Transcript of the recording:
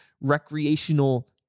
recreational